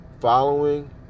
following